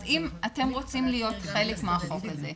אז אם אתם רוצים להיות חלק מהחוק הזה,